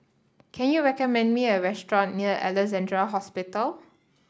can you recommend me a restaurant near Alexandra Hospital